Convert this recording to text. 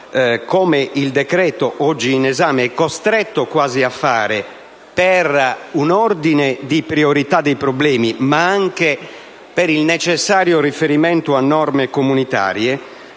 come il decreto-legge oggi in esame è quasi costretto a fare per un ordine di priorità dei problemi, ma anche per il necessario riferimento a norme comunitarie,